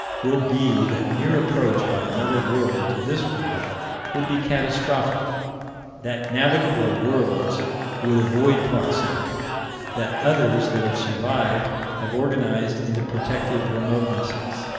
will be that near approach by another world to this world would be catastrophic that navigable worlds would avoid proximity that others that have survived have organized into protective remotenesses,